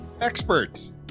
experts